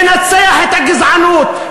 ננצח את הגזענות,